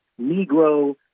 Negro